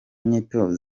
nyito